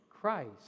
Christ